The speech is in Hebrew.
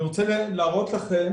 אני רוצה להראות לכם